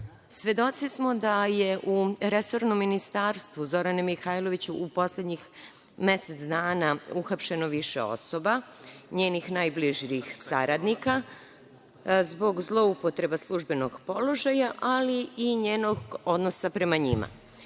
Svedoci smo da je u resornom ministarstvu Zorane Mihajlović u poslednjih mesec dana uhapšeno više osoba, njenih najbližih saradnika zbog zloupotreba službenog položaja, ali i njenog odnosa prema njima. Mi